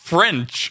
French